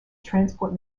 transport